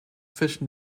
fish